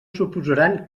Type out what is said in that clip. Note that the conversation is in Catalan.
suposaran